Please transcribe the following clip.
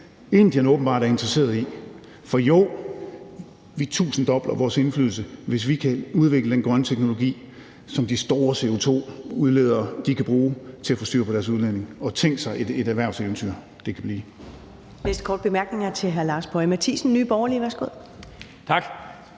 Indien åbenbart er interesseret i. For jo, vi tusinddobler vores indflydelse, hvis vi kan udvikle den grønne teknologi, som de store CO2-udledere kan bruge til at få styr på deres udledning. Og tænk sig, hvilket erhvervseventyr det kan blive.